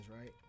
right